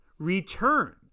Returned